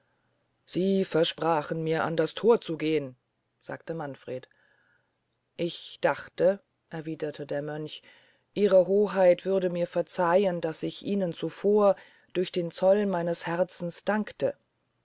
sie versprachen mir an das thor zu gehn sagte manfred ich dachte erwiederte der mönch ihre hoheit würden mir verzeihen daß ich ihnen zuvor durch den zoll meines herzens dankte